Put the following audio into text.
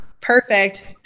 Perfect